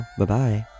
Bye-bye